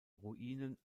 ruinen